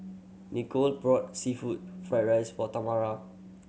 Nicolette brought seafood fried rice for Tamara